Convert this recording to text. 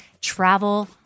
travel